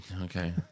Okay